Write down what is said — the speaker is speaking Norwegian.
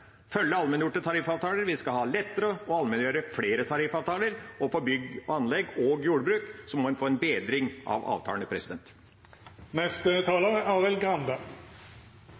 følge allmenngjorte tariffavtaler, at vi skal gjøre det lettere å allmenngjøre flere tariffavtaler, og for at bygg og anlegg og jordbruk må en få en bedring av avtalene.